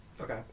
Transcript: Okay